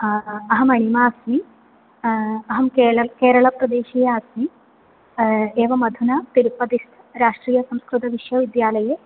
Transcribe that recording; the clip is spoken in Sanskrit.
अहं महिमा अस्मि अहं केरल केरलप्रदेशीया अस्मि एवम् अधुना तिरुपतिस्थ राष्ट्रीयसंस्कृतविश्वविद्यालये